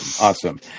Awesome